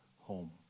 home